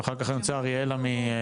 ואחר כך אני רוצה אריאלה מקהלת.